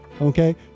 Okay